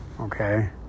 Okay